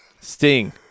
Sting